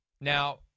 Now